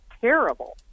terrible